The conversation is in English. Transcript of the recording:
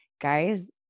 guys